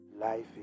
life